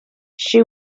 she